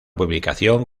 publicación